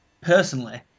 personally